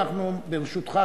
ברשותך,